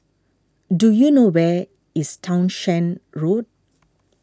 do you know where is Townshend Road